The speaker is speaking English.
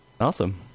Awesome